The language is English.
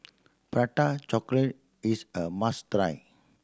Prata Chocolate is a must try